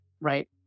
right